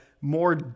more